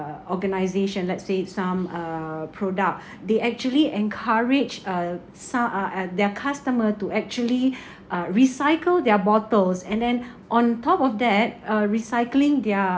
organisation let's say some uh product they actually encourage uh some uh uh their customer to actually uh recycle their bottles and then on top of that uh recycling their